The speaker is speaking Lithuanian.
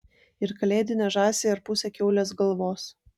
ir kalėdinę žąsį ar pusę kiaulės galvos